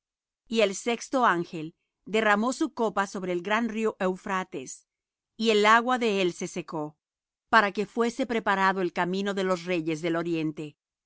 y el sexto ángel derramó su copa sobre el gran río eufrates y el agua de él se secó para que fuese preparado el camino de los reyes del oriente y